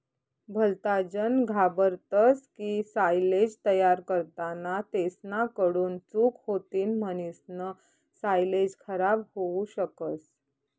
भलताजन घाबरतस की सायलेज तयार करताना तेसना कडून चूक होतीन म्हणीसन सायलेज खराब होवू शकस